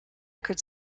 could